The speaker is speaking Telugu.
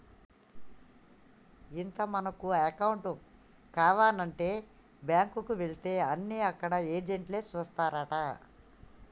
ఇంత మనకు అకౌంట్ కావానంటే బాంకుకు ఎలితే అన్ని అక్కడ ఏజెంట్లే చేస్తారంటా